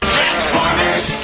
Transformers